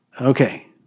Okay